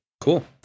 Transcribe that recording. Cool